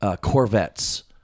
Corvettes